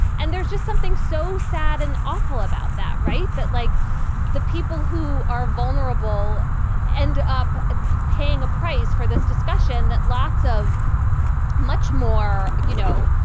and there's just something so sad and awful about that. right? that, like the people who are vulnerable end up paying a price for this discussion, that lots of much more, you know,